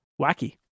Wacky